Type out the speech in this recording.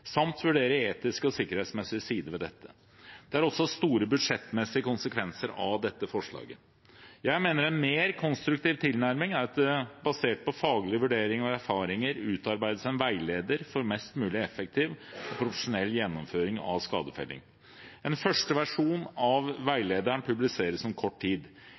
samt vurdere etiske og sikkerhetsmessige sider ved dette. Det er også store budsjettmessige konsekvenser av dette forslaget. Jeg mener en mer konstruktiv tilnærming er at det basert på faglige vurderinger og erfaringer utarbeides en veileder for mest mulig effektiv og profesjonell gjennomføring av skadefelling. En første versjon av veilederen publiseres om kort tid.